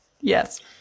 yes